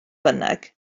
bynnag